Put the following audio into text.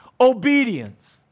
obedience